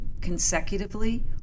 consecutively